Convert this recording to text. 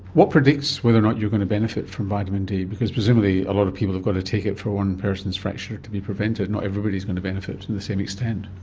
what predicts whether or not you're going to benefit from vitamin d, because presumably a lot of people have got to take it for one person's fracture to be prevented, not everybody is going to benefit to the same extent?